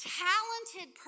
talented